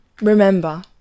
Remember